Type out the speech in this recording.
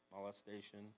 molestation